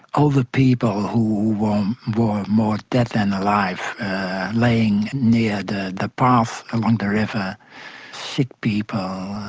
all the people who um were more dead than alive laying near the the path along the river sick people,